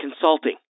consulting